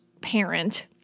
parent